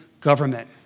government